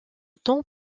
temps